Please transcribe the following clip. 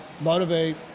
motivate